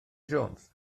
jones